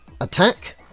Attack